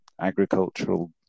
agricultural